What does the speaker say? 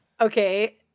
Okay